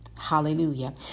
Hallelujah